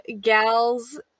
gals